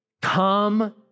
Come